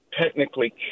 technically